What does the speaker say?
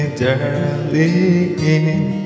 darling